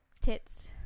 tits